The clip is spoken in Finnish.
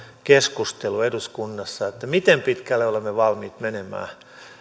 keskustelu eduskunnassa miten pitkälle olemme valmiit menemään